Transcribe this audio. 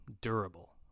durable